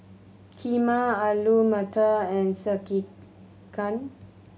Kheema Alu Matar and Sekihan